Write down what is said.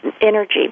energy